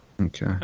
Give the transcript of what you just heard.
Okay